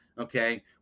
okay